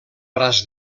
braç